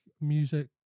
music